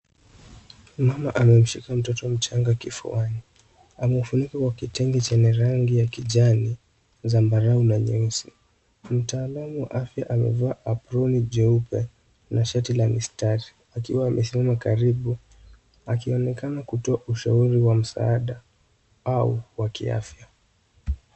Mama amemshika mtoto mchanga kifuani, amemfunika kwa kitenge chenye rangi ya kijani, zambarau, na nyeusi. Mtaalum wa afya amevaa aproni jeupe, na shati la mistari, akiwa amesimama karibu, akionekana kutoka ushauri wa msaada, au wa kiafya.